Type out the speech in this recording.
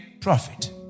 profit